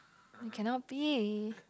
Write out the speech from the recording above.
it cannot be